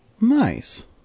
Nice